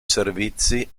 servizi